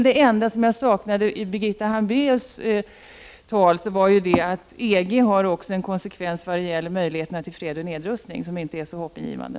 Det enda som jag saknade i Birgitta Hambraeus tal var en redovisning av att EG också har konsekvenser för fred och nedrustning vilka inte är så hoppingivande.